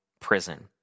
prison